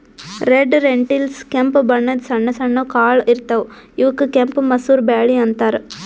red lentils ಕೆಂಪ್ ಬಣ್ಣದ್ ಸಣ್ಣ ಸಣ್ಣು ಕಾಳ್ ಇರ್ತವ್ ಇವಕ್ಕ್ ಕೆಂಪ್ ಮಸೂರ್ ಬ್ಯಾಳಿ ಅಂತಾರ್